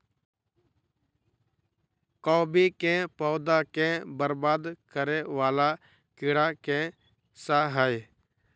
कोबी केँ पौधा केँ बरबाद करे वला कीड़ा केँ सा है?